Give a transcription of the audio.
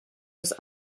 was